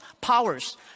powers